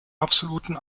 absoluten